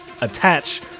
attach